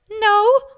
no